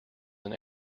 than